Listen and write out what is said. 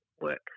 work